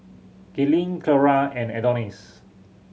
Gaylene Cleora and Adonis